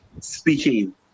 speaking